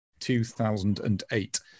2008